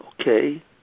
okay